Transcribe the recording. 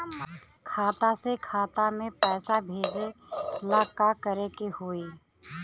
खाता से खाता मे पैसा भेजे ला का करे के होई?